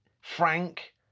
Frank